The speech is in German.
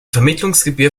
vermittlungsgebühr